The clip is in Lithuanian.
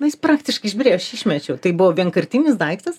nu jis praktiškai išbyrėjo aš jį išmečiau tai buvo vienkartinis daiktas